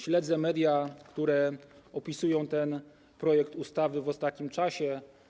Śledzę media, które opisują ten projekt ustawy w ostatnim czasie.